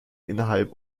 innerhalb